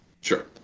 Sure